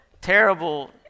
terrible